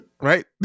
Right